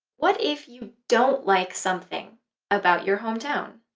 what if you don't like something about your hometown?